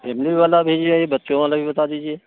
family वाला भी है बच्चों वाला भी बता दीजिये